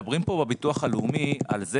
בביטוח הלאומי על זה